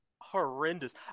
horrendous